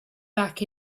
back